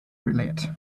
roulette